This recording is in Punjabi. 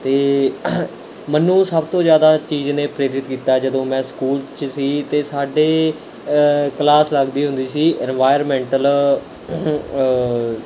ਅਤੇ ਮੈਨੂੰ ਸਭ ਤੋਂ ਜ਼ਿਆਦਾ ਚੀਜ਼ ਨੇ ਪ੍ਰੇਰਿਤ ਕੀਤਾ ਜਦੋਂ ਮੈਂ ਸਕੂਲ 'ਚ ਸੀ ਅਤੇ ਸਾਡੇ ਕਲਾਸ ਲੱਗਦੀ ਹੁੰਦੀ ਸੀ ਇੰਨਵਾਇਰਮੈਂਟਲ